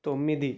తొమ్మిది